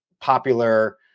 popular